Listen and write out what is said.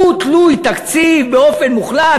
הוא תלוי-תקציב באופן מוחלט,